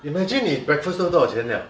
imagine 你 breakfast 都要多少钱 liao